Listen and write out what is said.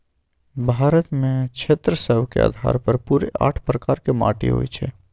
भारत में क्षेत्र सभ के अधार पर पूरे आठ प्रकार के माटि होइ छइ